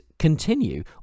continue